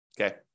okay